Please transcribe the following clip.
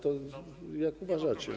To jak uważacie.